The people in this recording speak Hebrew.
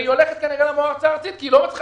היא הולכת כנראה למועצה הארצית כי היא לא מצליחה